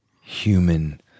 human